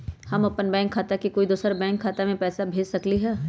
हम अपन बैंक खाता से कोई दोसर के बैंक खाता में पैसा कैसे भेज सकली ह?